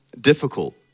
difficult